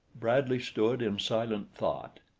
bradley stood in silent thought.